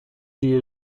die